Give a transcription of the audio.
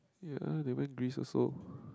ya they went Greece also